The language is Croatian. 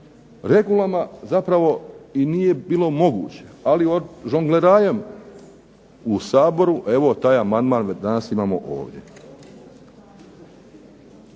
regulama zapravo i nije bilo moguće, ali žonglerajem u Saboru evo taj amandman već danas imamo ovdje.